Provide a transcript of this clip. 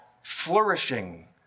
flourishing